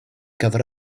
gyfer